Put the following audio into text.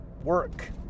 work